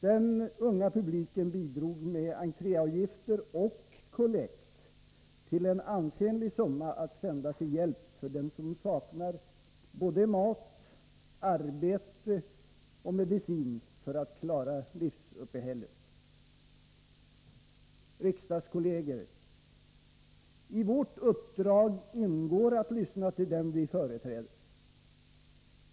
Den unga publiken bidrog med entréavgifter och kollekt till en ansenlig summa att sända till hjälp för dem som saknar både mat, arbete och medicin för att klara livsuppehället. Riksdagskolleger! I vårt uppdrag ingår att lyssna till dem vi företräder.